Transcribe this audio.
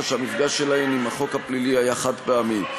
שהמפגש שלהן עם החוק הפלילי היה חד-פעמי,